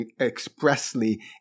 expressly